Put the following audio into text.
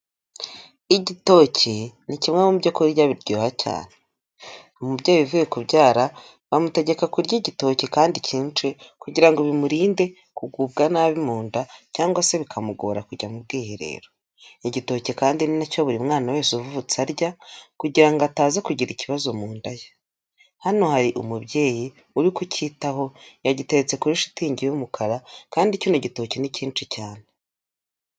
Igitoki ni kimwe mu byo kurya biryoha cyane. Umubyeyi uvuye kubyara bamutegeka kurya igitoki kandi cyinshi kugira ngo bimurinde kugubwa nabi mu nda cyangwa se bikamugora kujya mu bwiherero. Igitoki kandi ni nacyo buri mwana wese uvutse arya kugira ngo atazi kugira ikibazo mu nda ye. Hano hari umubyeyi uri kucyitaho yagiteretse kuri shitingi y'umukara kandi kino igitoki ni cyinshi cyane.